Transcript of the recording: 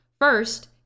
First